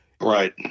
Right